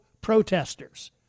protesters